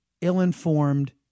ill-informed